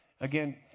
Again